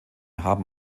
haben